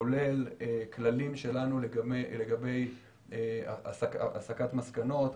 כולל כללים שלנו לגבי הסקת מסקנות,